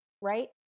right